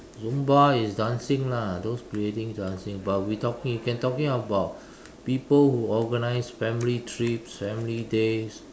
zumba is dancing lah those ladies dancing but we talking you can talking about people who organize family trips family days